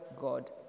God